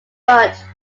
but